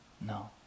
no